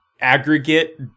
aggregate